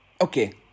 Okay